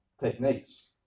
techniques